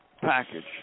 package